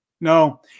No